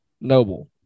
noble